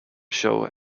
show